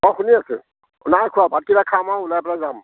অঁ শুনি আছোঁ নাই খোৱা ভাত কেইটা খাম আৰু ওলাই পেলাই যাম